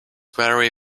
very